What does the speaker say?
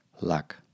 luck